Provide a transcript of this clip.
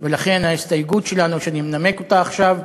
ולכן ההסתייגות שלנו, שאני מנמק אותה עכשיו,